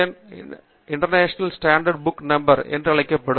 என் எண் international standard book number என்று அழைக்கப்படும்